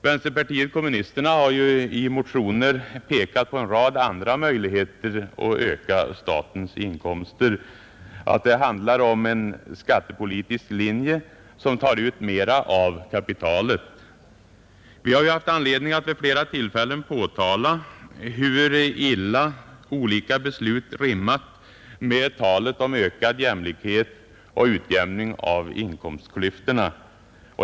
Vänsterpartiet kommunisterna har i motioner pekat på en rad andra möjligheter att öka statens inkomster. Det handlar om en skattepolitisk linje som tar ut mer av kapitalet. Vi har haft anledning att vid flera tillfällen påtala hur illa olika beslut rimmat med talet om ökad jämlikhet och utjämning av inkomstklyftorna.